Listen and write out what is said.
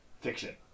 fiction